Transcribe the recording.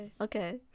okay